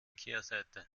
kehrseite